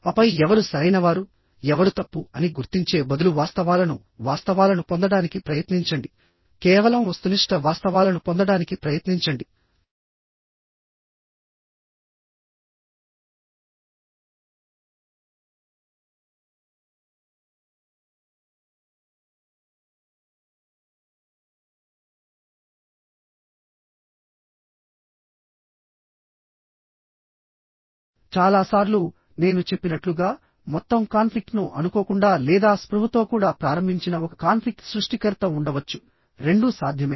మరియు మీరు వాస్తవాలను గ్రహించడానికి ప్రయత్నించండి చాలా సార్లు నేను చెప్పినట్లుగా మొత్తం కాన్ఫ్లిక్ట్ ను అనుకోకుండా లేదా స్పృహతో కూడా ప్రారంభించిన ఒక కాన్ఫ్లిక్ట్ సృష్టికర్త ఉండవచ్చు రెండూ సాధ్యమే